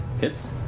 Hits